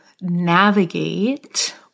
navigate